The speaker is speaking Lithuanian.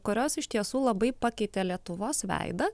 kurios iš tiesų labai pakeitė lietuvos veidą